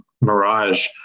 mirage